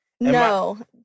No